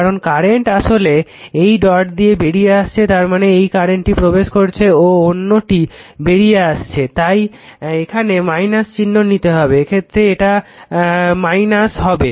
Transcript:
কারণ কারেন্ট আসলে এই ডট থেকে বেরিয়ে আসছে তারমানে এই কারেন্টটি প্রবেশ করছে ও অন্যটি বেরিয়ে আসছে তাই এখানে - চিহ্ন নিতে হবে এক্ষেত্রে এটা - হবে